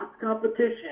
competition